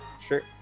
Sure